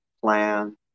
plan